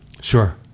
sure